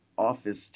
office